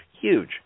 Huge